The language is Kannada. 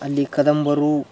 ಅಲ್ಲಿ ಕದಂಬರು